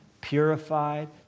purified